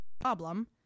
problem